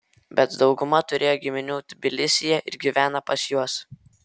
bet dauguma turėjo giminių tbilisyje ir gyvena pas juos